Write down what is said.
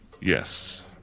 Yes